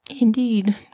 Indeed